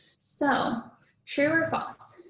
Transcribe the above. so true or false.